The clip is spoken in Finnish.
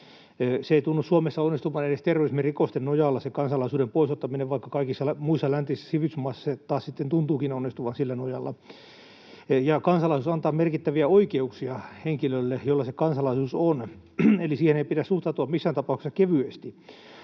äärimmäisen vaikeaa. Se ei tunnu Suomessa onnistuvan edes terrorismirikosten nojalla, vaikka kaikissa muissa läntisissä sivistysmaissa se taas sitten tuntuukin onnistuvan sen nojalla. Kansalaisuus antaa merkittäviä oikeuksia henkilölle, jolla se kansalaisuus on, eli siihen ei pidä suhtautua missään tapauksessa kevyesti.